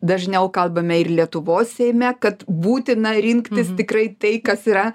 dažniau kalbame ir lietuvos seime kad būtina rinktis tikrai tai kas yra